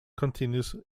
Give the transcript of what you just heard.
continues